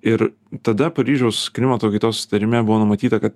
ir tada paryžiaus klimato kaitos susitarime buvo numatyta kad